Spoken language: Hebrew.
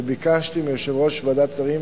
וביקשתי מיושב-ראש ועדת שרים